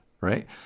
right